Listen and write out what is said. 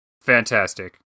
Fantastic